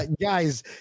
guys